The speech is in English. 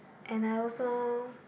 and I also